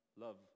Love